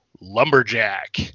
lumberjack